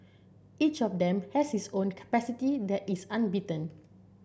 each of them has his own capacity that is unbeaten